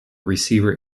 receiver